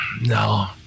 no